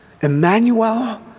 emmanuel